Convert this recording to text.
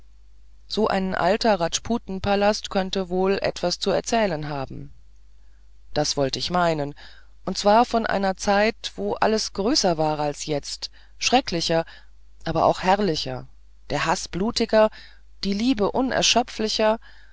so ein alter rajputaner palast könnte wohl etwas zu erzählen haben das wollt ich meinen und zwar von einer zeit wo alles größer war als jetzt schrecklicher aber auch herrlicher der haß blutiger die liebe